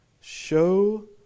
Show